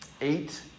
Eight